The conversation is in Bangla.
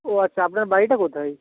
ও আচ্ছা আপনার বাড়িটা কোথায়